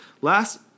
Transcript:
last